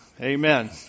Amen